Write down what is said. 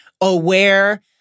aware